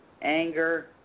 Anger